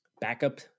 backup